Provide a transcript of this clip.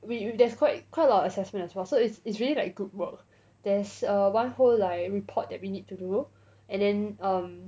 we you there's quite quite a lot assessment as well so it's it's really like group work there's err one whole like report that we need to do and then um